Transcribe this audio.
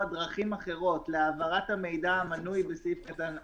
דרכים אחרות להעברת המידע המנוי בסעיף קטן (א),